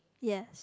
yes